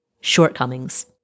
shortcomings